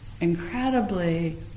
incredibly